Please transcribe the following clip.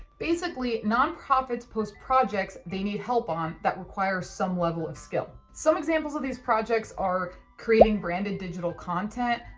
basically non-profits post projects they need help on that requires some level of skill. some examples of these projects are creating branded digital content,